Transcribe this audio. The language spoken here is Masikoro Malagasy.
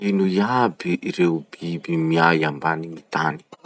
Ino iaby ireo biby miay ambanign'ny tany?